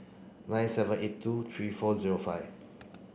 nine seven eight two three four zero five